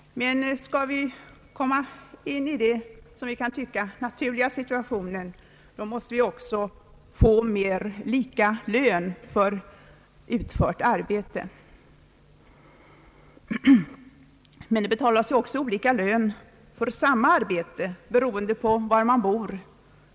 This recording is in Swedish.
Men skall vi komma i den, som vi kan tycka, naturliga situationen, måste vi också i större utsträckning få lika lön för utfört arbete. Det betalas också olika lön för samma arbete, beroende på var man bor.